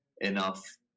enough